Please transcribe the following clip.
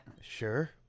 Sure